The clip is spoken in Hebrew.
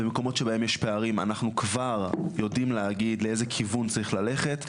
במקומות שבהם יש פערים אנחנו כבר יודעים להגיד לאיזה כיוון צריך ללכת,